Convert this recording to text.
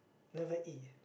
never E